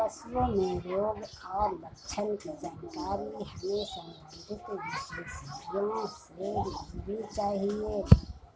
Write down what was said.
पशुओं में रोग और लक्षण की जानकारी हमें संबंधित विशेषज्ञों से लेनी चाहिए